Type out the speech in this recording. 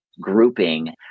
grouping